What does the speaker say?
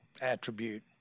attribute